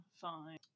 fine